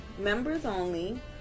members-only